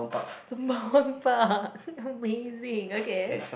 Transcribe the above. Sembawang Park amazing okay